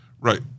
Right